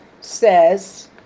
says